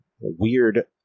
weird